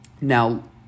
Now